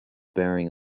bearing